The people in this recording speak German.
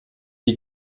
die